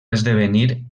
esdevenir